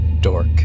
dork